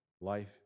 life